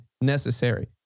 necessary